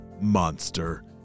monster